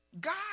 God